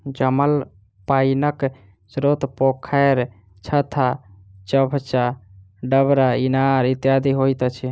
जमल पाइनक स्रोत पोखैर, खत्ता, चभच्चा, डबरा, इनार इत्यादि होइत अछि